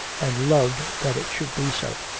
and loved that it should be so.